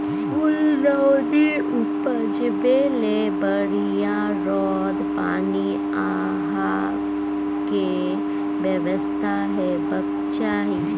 गुलदाउदी उपजाबै लेल बढ़ियाँ रौद, पानि आ हबा केर बेबस्था हेबाक चाही